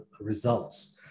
results